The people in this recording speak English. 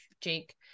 Jake